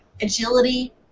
agility